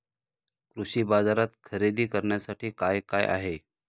कृषी बाजारात खरेदी करण्यासाठी काय काय आहे?